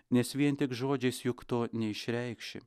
nes vien tik žodžiais juk to neišreikši